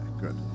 good